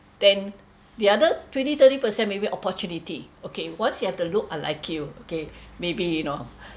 then the other twenty thirty percent maybe opportunity okay once you have to look I like you okay maybe you know